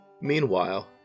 Meanwhile